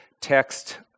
text